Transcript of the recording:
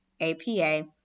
APA